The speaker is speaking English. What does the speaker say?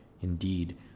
indeed